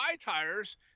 tires